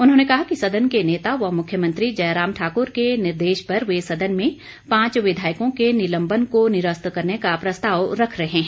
उन्होंने कहा कि सदन के नेता व मुख्यमंत्री जयराम ठाक्र के निर्देश पर वे सदन में पांच विधायकों के निलंबन को निरस्त करने का प्रस्ताव रख रहे हैं